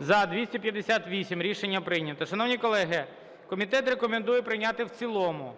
За-258 Рішення прийнято. Шановні колеги, комітет рекомендує прийняти в цілому.